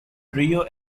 rio